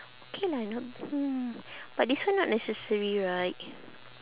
K lah not hmm but this one not necessary right